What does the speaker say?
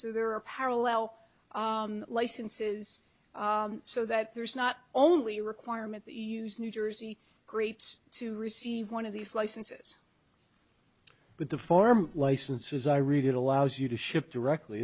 so there are parallel licenses so that there's not only requirement that you use new jersey grapes to receive one of these licenses but the farm licenses i read it allows you to ship directly